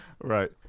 Right